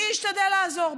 אני אשתדל לעזור,